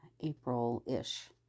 April-ish